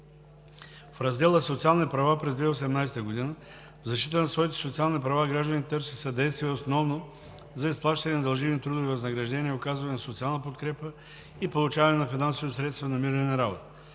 В раздела „Социални права“ – през 2018 г. в защита на своите социални права гражданите търсят съдействие основно за изплащане на дължими трудови възнаграждения, оказване на социална подкрепа и получаване на финансови средства, намиране